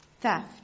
theft